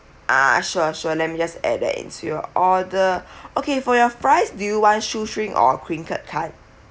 uh sure she let me just add that into your order okay for your fries do you want shoestring or crinkle cut